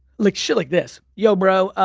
like shit like this. yo bro,